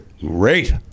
Great